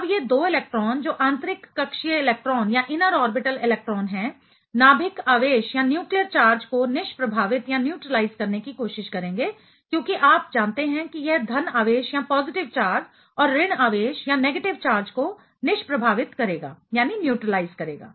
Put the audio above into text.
अब ये 2 इलेक्ट्रॉन जो आंतरिक कक्षीय इलेक्ट्रॉन इनर ऑर्बिटल इलेक्ट्रॉन हैं नाभिक आवेशन्यूक्लियर चार्ज को निष्प्रभावित न्यूट्रीलाइज करने की कोशिश करेंगे क्योंकि आप जानते हैं कि यह धन आवेश पॉजिटिव चार्ज और ऋण आवेश नेगेटिव चार्ज को निष्प्रभावित करेगा